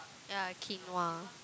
yeah quinoa